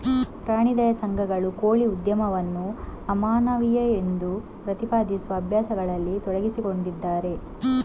ಪ್ರಾಣಿ ದಯಾ ಸಂಘಗಳು ಕೋಳಿ ಉದ್ಯಮವನ್ನು ಅಮಾನವೀಯವೆಂದು ಪ್ರತಿಪಾದಿಸುವ ಅಭ್ಯಾಸಗಳಲ್ಲಿ ತೊಡಗಿಸಿಕೊಂಡಿದ್ದಾರೆ